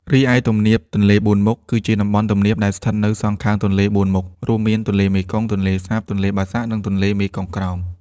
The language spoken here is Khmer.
រីឯ ទំនាបទន្លេបួនមុខ គឺជាតំបន់ទំនាបដែលស្ថិតនៅសងខាងទន្លេបួនមុខ រួមមានទន្លេមេគង្គ ទន្លេសាប ទន្លេបាសាក់ និងទន្លេមេគង្គក្រោម។